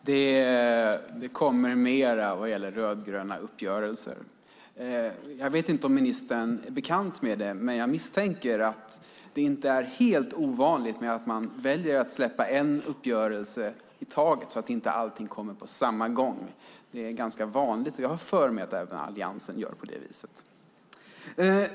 Fru talman! Det kommer mer vad gäller rödgröna uppgörelser. Jag vet inte om ministern är bekant med det, men jag misstänker att det inte är helt ovanligt att man väljer att släppa en uppgörelse i taget, så att inte allting kommer på samma gång. Det är ganska vanligt. Jag har för mig att även Alliansen gör på det viset.